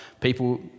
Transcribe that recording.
People